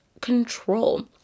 control